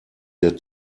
der